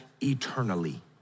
eternally